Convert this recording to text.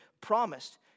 promised